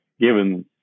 given